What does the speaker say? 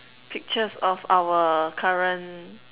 pictures of our current